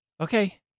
Okay